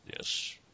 Yes